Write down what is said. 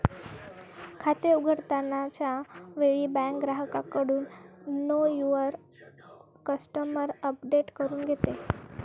खाते उघडताना च्या वेळी बँक ग्राहकाकडून नो युवर कस्टमर अपडेट करून घेते